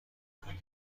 کنم